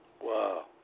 Wow